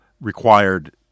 required